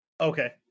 Okay